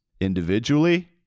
individually